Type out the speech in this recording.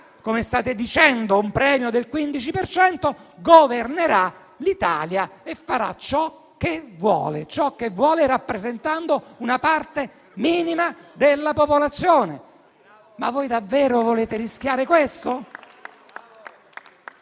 come state dicendo - un premio del 15 per cento, governerà l'Italia e farà ciò che vuole, rappresentando una parte minima della popolazione. Ma voi davvero volete rischiare questo?